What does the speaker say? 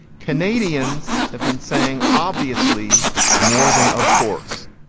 canadians have been saying obviously more than of course.